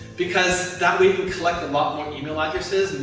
because that way, you can collect a lot more email addresses. and